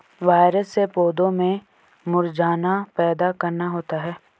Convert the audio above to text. virus से पौधों में मुरझाना पैदा करना होता है